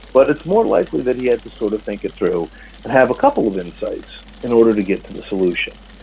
but it's more likely that he had to sort of think it through and have a couple of insights in order to get to the solution.